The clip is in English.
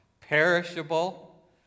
perishable